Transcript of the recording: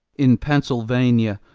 in pennsylvania,